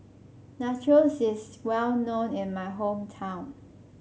Nachos is well known in my hometown